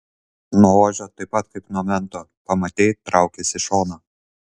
nuo ožio taip pat kaip nuo mento pamatei traukis į šoną